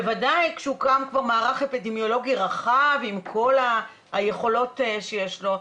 כל זאת בוודאי כשכבר הוקם מערך אפידמיולוגי רחב עם כל היכולות שיש לו.